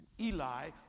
Eli